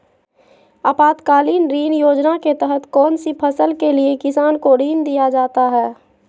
आपातकालीन ऋण योजना के तहत कौन सी फसल के लिए किसान को ऋण दीया जाता है?